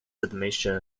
admission